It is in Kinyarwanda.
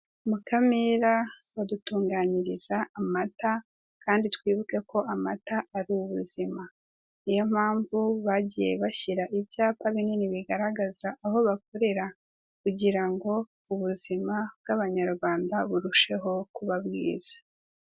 Mukamira badutunganyiriza amata kandi twibuke ko amata ari ubuzima. Niyo mpamvu bagiye bashyira ibyapa binini bigaragaza aho bakorera kugira ngo ubuzima bw'abanyarwanda burusheho kuba bwiza.